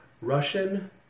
Russian